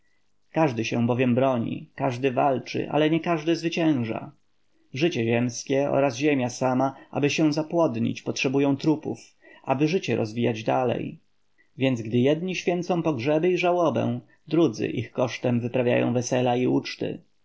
każdy się bowiem broni każdy walczy ale nie każdy zwycięża życie ziemskie oraz ziemia sama aby się zapłodnić potrzebują trupów aby życie rozwijać dalej więc gdy jedni święcą pogrzeby i żałobę drudzy ich kosztem wyprawiają wesela i uczty